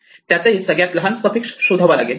त्यातही सगळ्यात लहान सफिक्स शोधावा लागेल